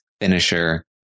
finisher